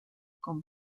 con